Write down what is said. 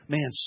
Man